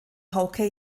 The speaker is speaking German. hauke